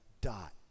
dot